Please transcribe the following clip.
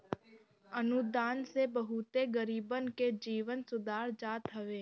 अनुदान से बहुते गरीबन के जीवन सुधार जात हवे